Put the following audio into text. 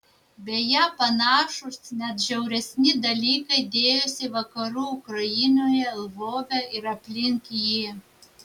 beje panašūs net žiauresni dalykai dėjosi vakarų ukrainoje lvove ir aplink jį